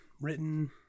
written